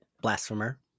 Blasphemer